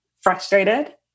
frustrated